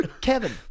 Kevin